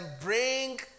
bring